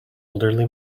elderly